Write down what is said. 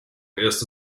erste